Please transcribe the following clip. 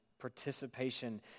participation